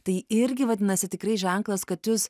tai irgi vadinasi tikrai ženklas kad jūs